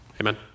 Amen